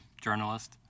journalist